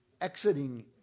exiting